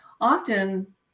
often